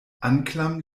anklam